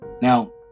Now